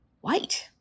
white